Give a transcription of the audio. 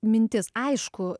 mintis aišku